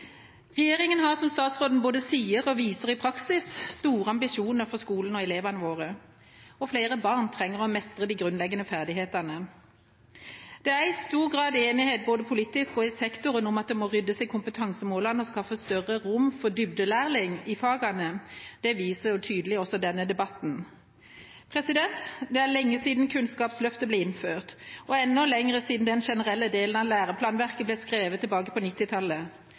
har, som statsråden både sier og viser i praksis, store ambisjoner for skolen og elevene våre. Flere barn trenger å mestre de grunnleggende ferdighetene. Det er i stor grad enighet, både politisk og i sektoren, om at det må ryddes i kompetansemålene og skaffes større rom for dybdelæring i fagene. Det viser også denne debatten tydelig. Det er lenge siden Kunnskapsløftet ble innført og enda lenger siden den generelle delen av læreplanverket ble skrevet, tilbake på